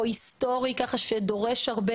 או היסטורי ככה שדורש הרבה,